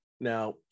Now